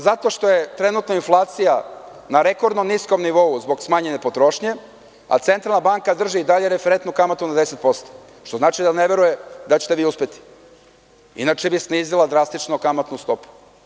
Zato što je trenutno inflacija na rekordno niskom nivou zbog smanjene potrošnje, a Centralna banka drži i dalje referentnu kamatu na 10%, što znači da ne veruje da ćete vi uspeti, inače bi snizila drastično kamatnu stopu.